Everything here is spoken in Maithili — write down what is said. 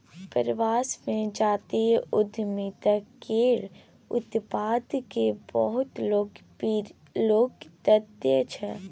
प्रवास मे जातीय उद्यमिता केर उत्पाद केँ बहुत लोक ताकय छै